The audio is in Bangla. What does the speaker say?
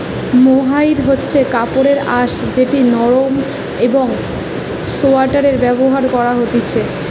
মোহাইর হচ্ছে কাপড়ের আঁশ যেটি নরম একং সোয়াটারে ব্যবহার করা হতিছে